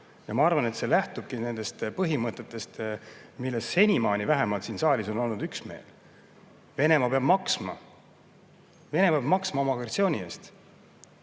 Ma arvan, et see lähtub nendest põhimõtetest, milles senimaani vähemalt siin saalis on olnud üksmeel. Venemaa peab maksma. Venemaa peab maksma oma agressiooni eest.